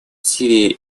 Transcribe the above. сирии